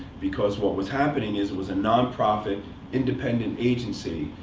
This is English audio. because what was happening is, it was a nonprofit independent agency.